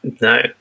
no